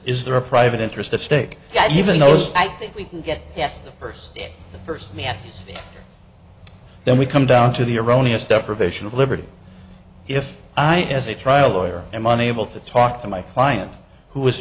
is their private interest at stake even though as i think we can get yes the first day the first met then we come down to the erroneous deprivation of liberty if i as a trial lawyer and money able to talk to my client who was